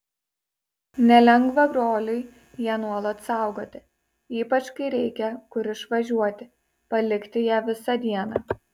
nelengva broliui ją nuolat saugoti ypač kai reikia kur išvažiuoti palikti ją visą dieną